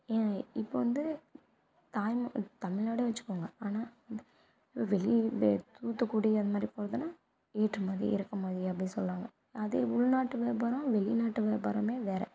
ஏ இப்போ வந்து தாய்மொ தமிழ்நாடு வைச்சுக்கோங்க ஆனால் வெளி வெ தூத்துக்குடி அந்த மாதிரி போகிறதுன்னா ஏற்றுமதி இறக்குமதி அப்படின்னு சொல்லுவாங்க அதே உள்நாட்டு வியாபாரம் வெளிநாட்டு வியாபாரமே வேறே